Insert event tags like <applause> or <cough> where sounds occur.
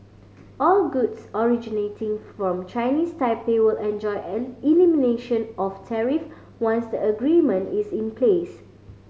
all goods originating from Chinese Taipei will enjoy <unintelligible> elimination of tariffs once a agreement is in place